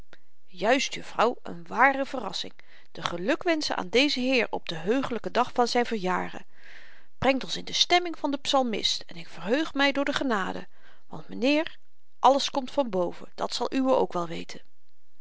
juist jufvrouw een ware verrassing de gelukwenschen aan dezen heer op den heugelyken dag van zyn verjaren brengt ons in de stemming van den psalmist en ik verheug my door de genade want mynheer alles komt van boven dat zal uwe ook wel weten